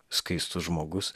skaistus žmogus